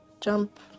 Jump